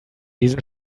diesen